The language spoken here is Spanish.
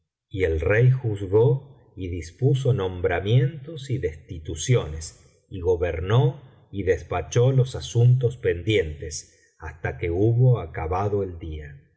y el rey juzgó y dispuso nombramientos y destituciones y gobernó y despachó los asuntos pendientes hasta que hubo acabado el día